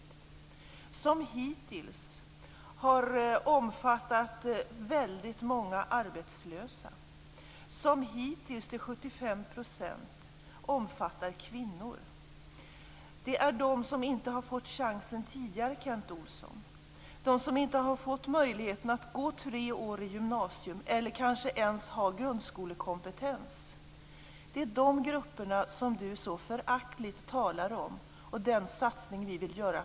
Det har hittills omfattat väldigt många arbetslösa. Det har hittills till 75 % omfattat kvinnor. Det är de som inte har fått chansen tidigare, Kent Olsson. Det är de som inte har fått möjligheten att gå tre år i gymnasium eller ens har grundskolekompetens. Det är de grupperna och den satsning som vi vill göra på dem som Kent Olsson talar så föraktligt om.